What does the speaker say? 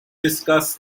discuss